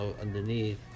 underneath